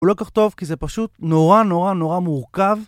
הוא לא כך טוב כי זה פשוט נורא נורא נורא מורכב